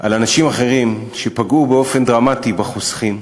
על אנשים אחרים שפגעו באופן דרמטי בחוסכים,